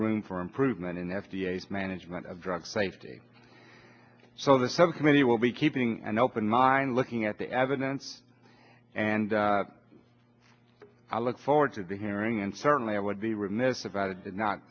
room for improvement in f d a management of drug safety so the subcommittee will be keeping an open mind looking at the evidence and i look forward to the hearing and certainly i would be remiss about it did not